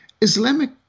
Islamic